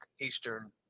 Eastern